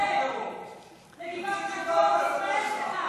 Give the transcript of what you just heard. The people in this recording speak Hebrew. עשתה שאת אומרת את זה?